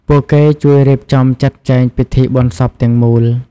ពួកគេជួយរៀបចំចាត់ចែងពិធីបុណ្យសពទាំងមូល។